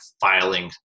filing